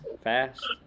fast